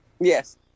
Yes